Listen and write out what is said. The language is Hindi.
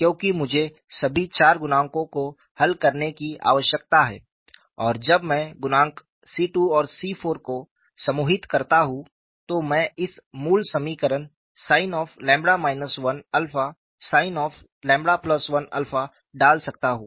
क्योंकि मुझे सभी चार गुणांकों को हल करने की आवश्यकता है और जब मैं गुणांक C 2 और C 4 को समूहित करता हूं तो मैं इस मूल समीकरण sin 1sin1 डाल सकता हूं